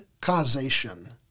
causation